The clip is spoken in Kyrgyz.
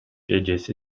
эжеси